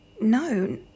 No